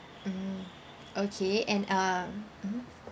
mm okay and um mmhmm